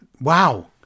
Wow